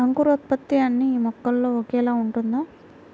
అంకురోత్పత్తి అన్నీ మొక్కల్లో ఒకేలా ఉంటుందా?